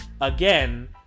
again